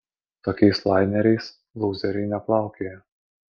tokiais laineriais lūzeriai neplaukioja